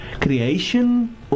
Creation